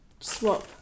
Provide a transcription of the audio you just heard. Swap